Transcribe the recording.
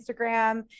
Instagram